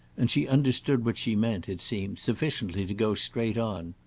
and she understood what she meant, it seemed, sufficiently to go straight on.